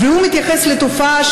והוא מתייחס לתופעה,